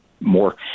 more